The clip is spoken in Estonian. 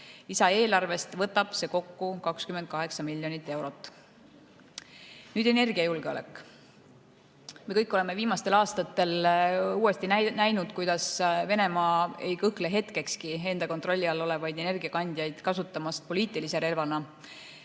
Lisaeelarvest võtab see kokku 28 miljonit eurot. Nüüd energiajulgeolekust. Me kõik oleme viimastel aastatel uuesti näinud, kuidas Venemaa ei kõhkle hetkekski enda kontrolli all olevaid energiakandjaid kasutamast poliitilise relvana.